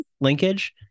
linkage